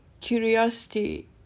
curiosity